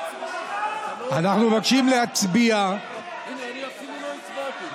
אנחנו מבקשים להצביע, הינה, אפילו אני לא הצבעתי.